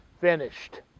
finished